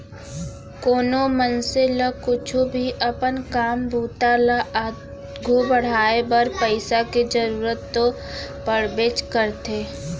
कोनो मनसे ल कुछु भी अपन काम बूता ल आघू बढ़ाय बर पइसा के जरूरत तो पड़बेच करथे